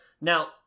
Now